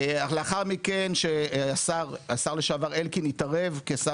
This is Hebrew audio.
לאחר מכן השר לשעבר אלקין התערב כשר